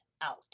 out